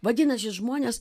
vadinasi žmonės